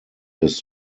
des